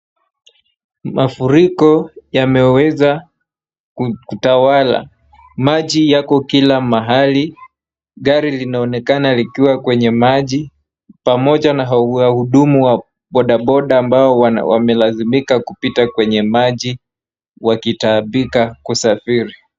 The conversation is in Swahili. Mafuriko yamezewa kutawala, maji yako kila mahali, gari linaonekana likiwa kwenye maji, pamoja na wahudumu wa boda boda ambao wamelazimika kupita kwenye maji wakitaabika kusafiri.